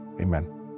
amen